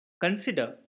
consider